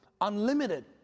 unlimited